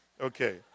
Okay